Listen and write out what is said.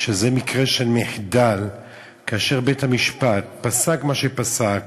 שזה מקרה של מחדל כאשר בית-המשפט פסק מה שפסק,